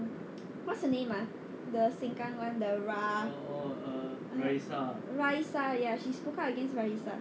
what's the name ah the sengkang [one] the ra~ raeesah ya she spoke up against raeesah